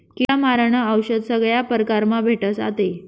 किडा मारानं औशद सगया परकारमा भेटस आते